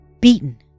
beaten